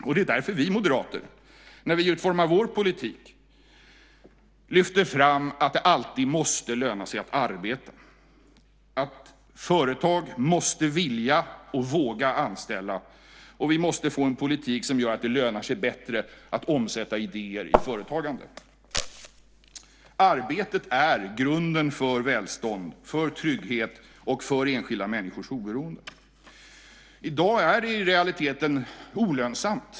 Det är också därför vi moderater när vi utformar vår politik lyfter fram att det alltid måste löna sig att arbeta, att företag måste vilja och våga anställa och att vi måste få en politik som gör att det lönar sig bättre att omsätta idéer i företagande. Arbetet är grunden för välstånd, för trygghet och för enskilda människors oberoende. I dag är det i realiteten olönsamt.